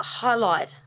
highlight